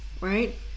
Right